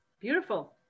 Beautiful